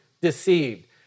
deceived